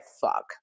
fuck